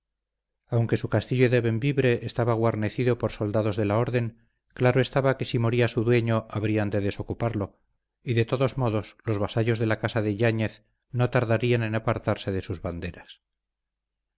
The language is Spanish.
aunque su castillo de bembibre estaba guarnecido por soldados de la orden claro estaba que si moría su dueño habrían de desocuparlo y de todos modos los vasallos de la casa de yáñez no tardarían en apartarse de sus banderas